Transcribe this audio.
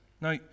Now